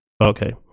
Okay